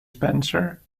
spencer